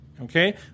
okay